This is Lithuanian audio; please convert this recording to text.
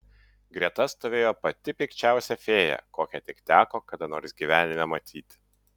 greta stovėjo pati pikčiausia fėja kokią tik teko kada nors gyvenime matyti